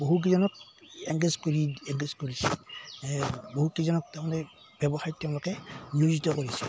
বহুকেইজনক engage কৰি engage কৰিছে এই বহুতকেইজনক তাৰমানে ব্যৱসায়ত তেওঁলোকে নিয়োজিত কৰিছে